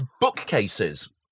bookcases